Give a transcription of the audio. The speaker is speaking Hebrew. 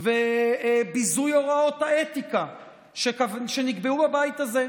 וביזוי הוראות האתיקה שנקבעו בבית הזה.